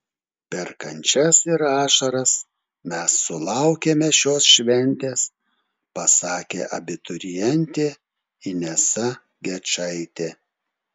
per kančias ir ašaras mes sulaukėme šios šventės pasakė abiturientė inesa gečaitė